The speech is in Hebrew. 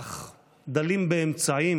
אך דלים באמצעים,